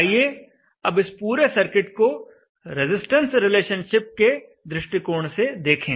आइए अब इस पूरे सर्किट को रजिस्टेंस रिलेशनशिप के दृष्टिकोण से देखें